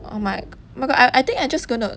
oh my g~ oh my god I I think I just gonna